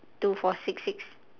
two four six six